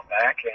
back